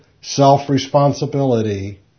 self-responsibility